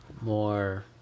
more